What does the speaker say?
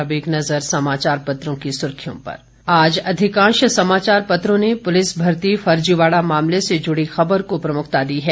और अब एक नजर समाचार पत्रों की सुर्खियां पर आज अधिकांश समाचार पत्रों ने पुलिस भर्ती फर्जीवाड़ा मामले से जुड़ी खबर को प्रमुखता दी है